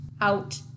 out